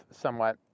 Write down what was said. somewhat